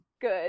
good